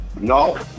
No